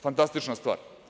Fantastična stvar.